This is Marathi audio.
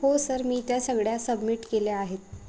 हो सर मी त्या सगळ्या सबमिट केल्या आहेत